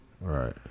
Right